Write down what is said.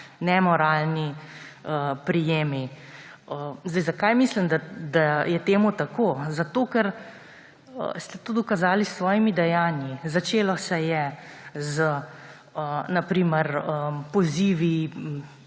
nemoralni prijemi. Zakaj mislim, da je to tako? Zato ker ste to dokazali s svojimi dejanji. Začelo se je na primer s pozivi